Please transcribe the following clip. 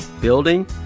building